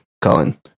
Colin